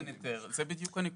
אין היתר, זו בדיוק הנקודה.